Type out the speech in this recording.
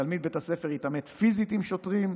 תלמיד בית ספר התעמת פיזית עם שוטרים,